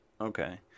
Okay